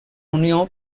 unió